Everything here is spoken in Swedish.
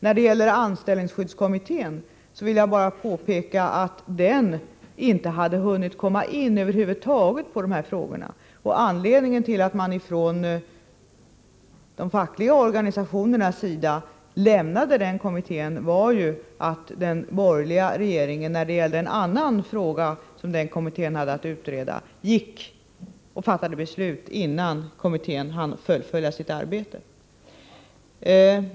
När det gäller anställningsskyddskommittén vill jag bara påpeka att den över huvud taget inte hade hunnit komma in på de här frågorna. Anledningen till att man från de fackliga organisationernas sida lämnade kommittén var ju att den borgerliga regeringen i en annan fråga, som kommittén hade att utreda, fattade beslut innan kommittén kunnat fullfölja sitt arbete.